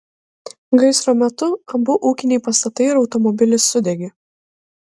gaisro metu abu ūkiniai pastatai ir automobilis sudegė